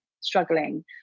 struggling